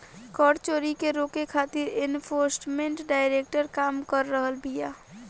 कर चोरी के रोके खातिर एनफोर्समेंट डायरेक्टरेट काम कर रहल बिया